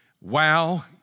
Wow